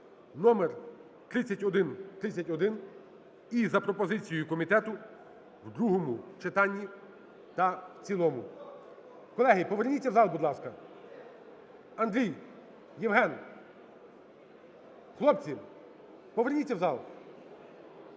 (№ 3131). І за пропозицією комітету – у другому читанні та в цілому. Колеги, поверніться у зал, будь ласка. Андрій! Євген! Хлопці, поверніться в зал!